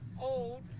old